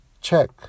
check